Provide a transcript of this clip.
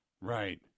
Right